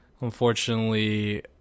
unfortunately